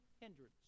hindrance